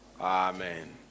Amen